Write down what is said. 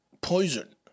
poison